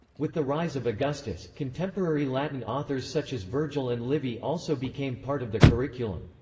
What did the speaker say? with the rise of augustus, contemporary latin authors such as vergil and livy also became part of the curriculum.